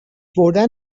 بردن